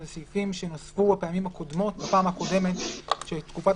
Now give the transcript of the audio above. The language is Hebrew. אלה סעיפים שנוספו בפעם הקודמת שתקופת